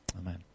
Amen